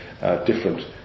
different